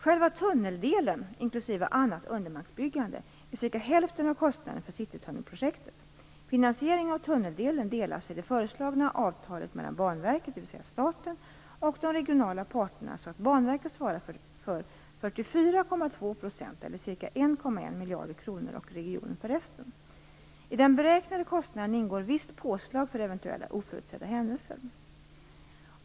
Själva tunneldelen, inklusive annat undermarksbyggande, utgör cirka hälften av kostnaden för citytunnelprojektet. Finansieringen av tunneldelen delas i det föreslagna avtalet mellan Banverket, dvs. staten, och de regionala parterna så att Banverket svarar för 44,2 % eller ca 1,1 miljarder kronor och regionen för resten. I den beräknade kostnaden ingår visst påslag för eventuella oförutsedda händelser.